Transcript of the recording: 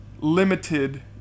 Limited